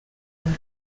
and